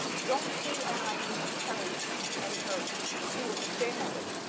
don't hate on ayesha curry and her beautiful family.